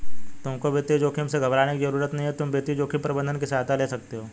तुमको वित्तीय जोखिम से घबराने की जरूरत नहीं है, तुम वित्तीय जोखिम प्रबंधन की सहायता ले सकते हो